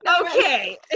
okay